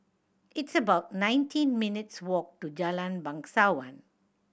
it's about nineteen minutes' walk to Jalan Bangsawan